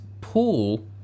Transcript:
pool